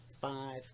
five